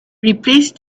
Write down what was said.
replace